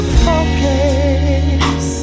focus